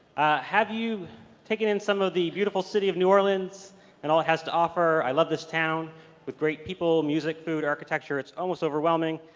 have you taken in some of the beautiful city of new orleans and all it has to offer? i love this town with great people, music, food, architecture. it's almost overwhelming.